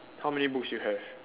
how many books you have